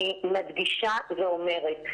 אני מדגישה ואומרת,